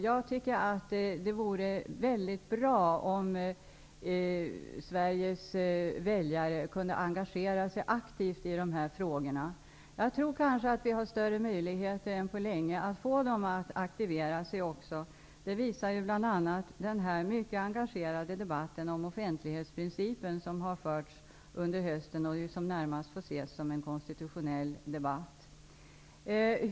Jag tycker att det vore mycket bra om Sveriges väljare kunde engagera sig aktivt i dessa frågor. Jag tror att vi kanske nu har större möjligheter än på länge att få dem att aktivera sig också. Det visar bl.a. den mycket engagerade debatten om offentlighetsprincipen, som har förts under hösten och som närmast får ses som en konstitutionell debatt.